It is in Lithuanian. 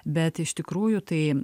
bet iš tikrųjų tai